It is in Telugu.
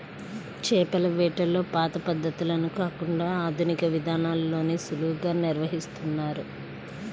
చేపల వేటలో పాత పద్ధతులను కాకుండా ఆధునిక విధానాల్లోనే సులువుగా నిర్వహిస్తున్నారు